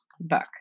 book